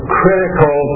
critical